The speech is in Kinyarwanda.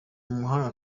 umuhanga